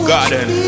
Garden